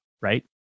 right